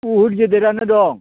बहुद गिदिरानो दं